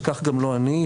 וכך גם לא אני,